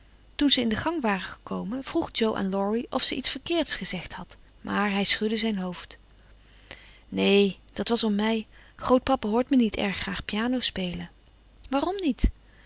toen ze in de gang waren gekomen vroeg jo aan laurie of ze iets verkeerds gezegd had maar hij schudde zijn hoofd neen dat was om mij grootpapa hoort me niet erg graag piano spelen waarom niet